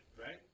right